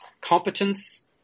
competence